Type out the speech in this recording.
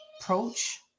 approach